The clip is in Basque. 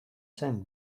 zen